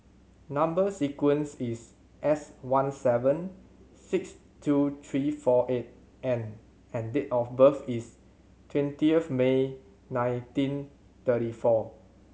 number sequence is S one seven six two three four eight N and date of birth is twentieth May nineteen thirty four